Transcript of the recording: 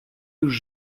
już